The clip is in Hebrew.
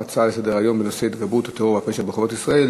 ההצעה לסדר-היום בנושא התגברות הטרור והפשע ברחובות ישראל